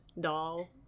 doll